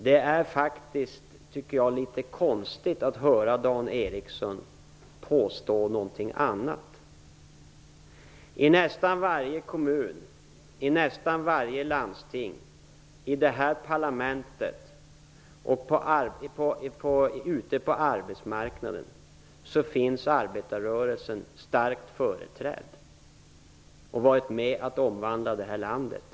Det är litet konstigt att höra Dan Ericsson påstå någonting annat. I nästan varje kommun, i nästan varje landsting, i det här parlamentet och ute på arbetsmarknaden finns arbetarrörelsen starkt företrädd, och den har varit med om att omvandla det här landet.